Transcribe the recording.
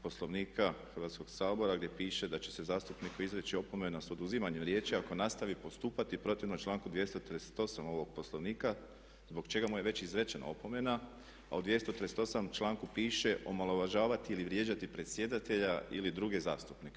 Poslovnika Hrvatskog sabora gdje piše da će se zastupniku izreći opomena s oduzimanjem riječi ako nastavi postupati protivno članku 238.ovog Poslovnika zbog čega mu je već izrečena opomena, a u 238.članku piše omalovažavati ili vrijeđati predsjedatelja ili druge zastupnike.